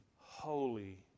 holy